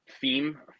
theme